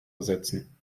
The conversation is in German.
ersetzen